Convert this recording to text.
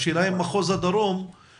השאלה אם בעניין הזה למחוז הדרום יש